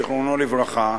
זיכרונו לברכה,